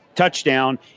Touchdown